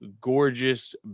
gorgeous